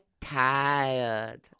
Tired